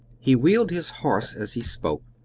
he wheeled his horse as he spoke,